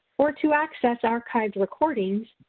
or to access archived recordings,